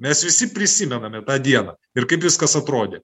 mes visi prisimename tą dieną ir kaip viskas atrodė